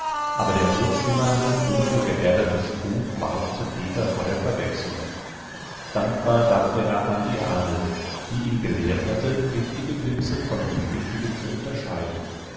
aber der rotschimmernde dunkel geäderte strunk warnte peter vor der verwechslung dankbar dachte er an die ahnl die ihn gelehrt hatte giftige pilze von ungiftigen zu unterscheiden